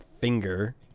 finger